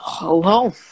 hello